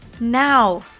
now